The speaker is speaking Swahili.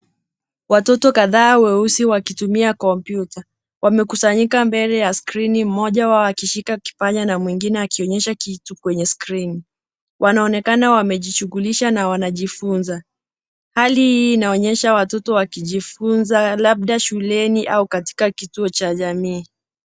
Watoto kadhaa weusi wakitumia kompyuta. Wamekusanyika mbele ya skrini mmoja wao akishika kipanya na mwingine akionyesha kitu kwenye skrini. Wanaonekana wamejishughulisha na wanajifunza. Hali hii inaonyesha watoto wakijifunza labda shuleni au katika kituo cha jamii.